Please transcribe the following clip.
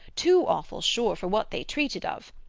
too awful, sure, for what they treated of,